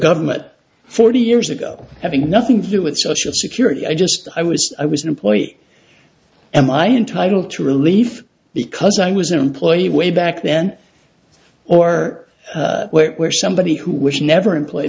government forty years ago having nothing to do with social security i just i was i was an employee am i entitled to relief because i was an employee way back then or where somebody who was never employed